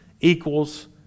equals